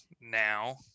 now